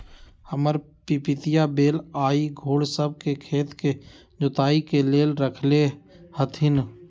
हमर पितिया बैल आऽ घोड़ सभ के खेत के जोताइ के लेल रखले हथिन्ह